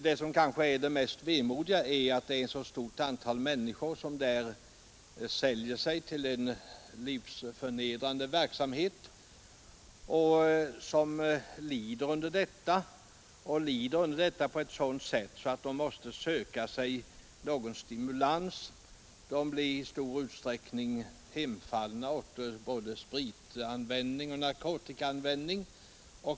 Det kanske mest vemodiga är att ett så stort antal människor säljer sig till en livsförnedrande verksamhet och lider under detta på ett sådant sätt att de måste söka sig någon stimulans. De blir i stor utsträckning hemfallna åt både spritanvändning och narkotikaanvändning.